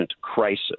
crisis